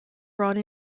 brought